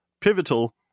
pivotal